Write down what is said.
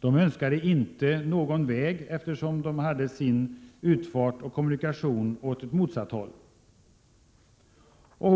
De önskade inte någon väg, eftersom de hade sin utfart och kommunikation åt det motsatta hållet.